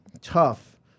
tough